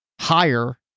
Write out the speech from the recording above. higher